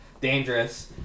dangerous